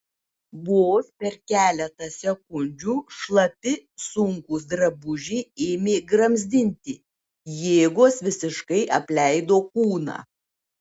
vos per keletą sekundžių šlapi sunkūs drabužiai ėmė gramzdinti jėgos visiškai apleido kūną